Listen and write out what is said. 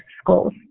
schools